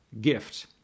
gift